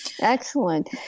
Excellent